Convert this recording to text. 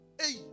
Hey